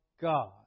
God